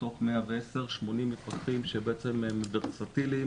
מתוך 110. 80 מפקחים שהם ורסטיליים,